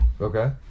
Okay